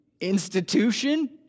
institution